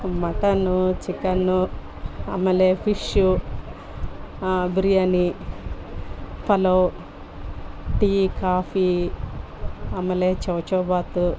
mutton chicken ಆಮೇಲೆ fish biryani pulao tea coffee ಆಮೇಲೆ ಚೌಚೌಭಾತು